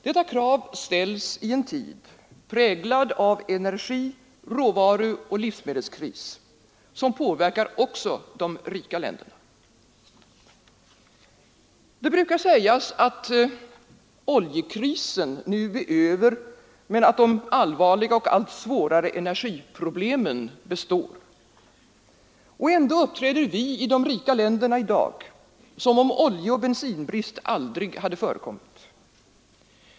Detta krav ställs i en tid präglad av energi-, råvaruoch livsmedelskris, som påverkar också de rika länderna. Det brukar sägas att oljekrisen nu är över men att de allvarliga och allt svårare energiproblemen består. Ändå uppträder vi i de rika länderna i dag som om oljeoch bensinbrist aldrig hade förekommit.